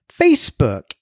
Facebook